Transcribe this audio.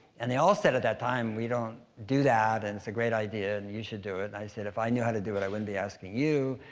and they all said, at that time, we don't do that, and it's a great idea and you should do it. i said, if i knew how to do it, i wouldn't be asking you,